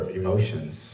emotions